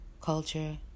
culture